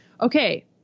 Okay